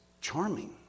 charming